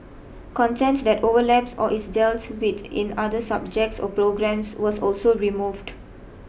content that overlaps or is dealt with in other subjects or programmes was also removed